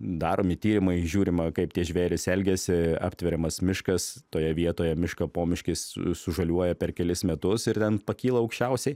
daromi tyrimai žiūrima kaip tie žvėrys elgiasi aptveriamas miškas toje vietoje mišką pomiškis sužaliuoja per kelis metus ir ten pakyla aukščiausiai